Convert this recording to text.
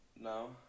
No